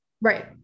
Right